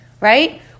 right